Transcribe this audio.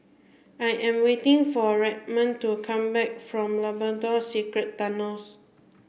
I am waiting for Redmond to come back from Labrador Secret Tunnels